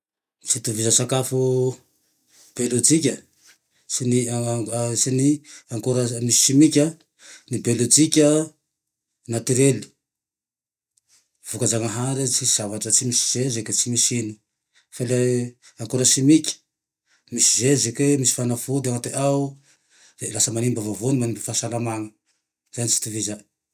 Ny tsy itovizan'ny sakafo bielojika sy ny sy ny ankora azo amy misy simika, ny bielojika natirely, voka-janahary tsy misy zezeky tsy misy ino. Fa le akora chimique misy zezeke, misy fanafody anatiny ao de lasa manimba vavony manimba fahasalamana, zay tsy itovizay